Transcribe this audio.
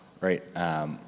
right